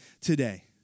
today